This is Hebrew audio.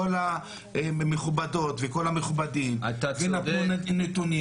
כל המכובדות וכל המכובדים ונתנו נתונים